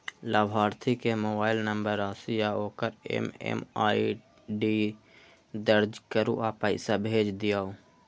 लाभार्थी के mobile number, राशि आ ओकर एम.एम.आई.डी दर्ज करू आ पैसा भेज दियौ